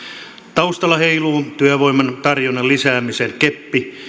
taustalla heiluu työvoiman tarjonnan lisäämisen keppi